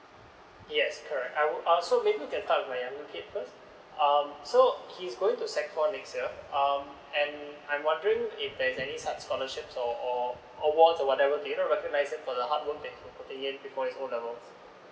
yes correct I would so maybe we can start with my younger kid first um so he's going to sec four next year um and i'm wondering if there's any such scholarships or awards or whatever do you know recognize it for O levels?